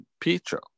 Pietro